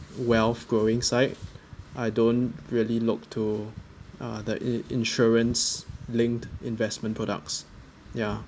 wealth growing side I don't really look to uh the insurance linked investment products ya